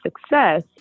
success